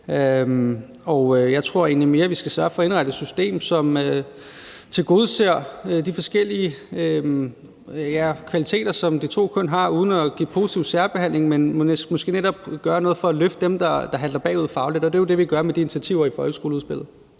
Jeg tror egentlig mere, at vi skal sørge for at indrette et system, som tilgodeser de forskellige kvaliteter, som de to køn har, uden at give positiv særbehandling, men måske netop gøre noget for at løfte dem, der halter bagefter fagligt, og det er jo det, vi gør nu med de initiativer i folkeskoleudspillet.